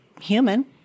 human